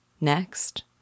Next